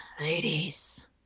ladies